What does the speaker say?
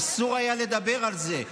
אסור היה לדבר על זה,